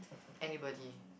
anybody